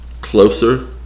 closer